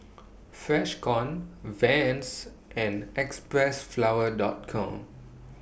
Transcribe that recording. Freshkon Vans and Xpressflower Dot Com